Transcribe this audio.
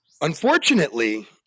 unfortunately